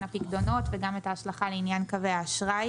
הפקדונות וגם את ההשלכה על עניין קווי האשראי